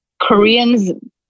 Koreans